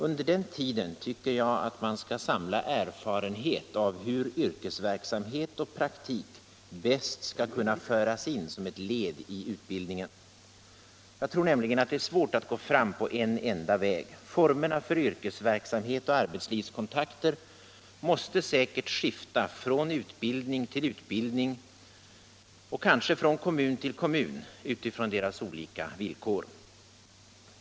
Under den tiden tycker jag att man skall samla erfarenhet av hur yrkesverksamhet och praktik bäst skall kunna föras in som ett led i utbildningen. Jag tror nämligen, att det är svårt att gå fram på en enda väg. Formerna för yrkesverksamhet och arbetslivskontakter måste säkert skifta från utbildning till utbildning och kanske från kommun till kommun, utifrån kommunernas olika villkor.